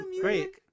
great